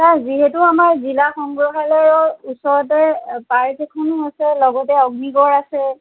sir যিহেতু আমাৰ জিলা সংগ্ৰহালয়ৰ ওচৰতে পাৰ্ক এখনো আছে লগতে অগ্নিগড় আছে